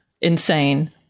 insane